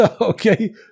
Okay